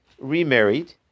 remarried